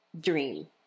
dream